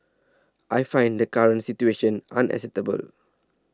I find the current situation unacceptable